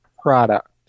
product